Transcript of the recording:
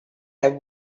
have